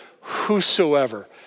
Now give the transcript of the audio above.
whosoever